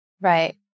Right